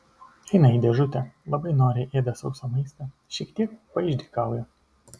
eina į dėžutę labai noriai ėda sausą maistą šiek tiek paišdykauja